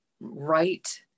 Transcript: right